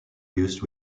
use